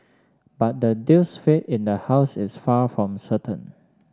but the deal's fate in the House is far from certain